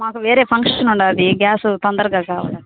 మాకు వేరే ఫంక్షన్ ఉన్నాది గ్యాస్ తొందరగా కావాలి